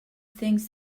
things